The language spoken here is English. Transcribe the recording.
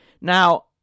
Now